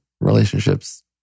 relationships